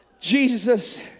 Jesus